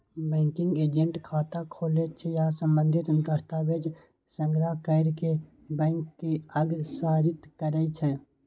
banking agent खाता खोलै छै आ संबंधित दस्तावेज संग्रह कैर कें बैंक के अग्रसारित करै छै